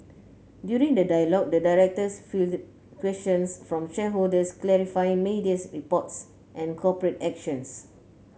during the dialogue the directors questions from shareholders clarifying media reports and corporate actions